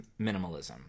minimalism